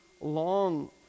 long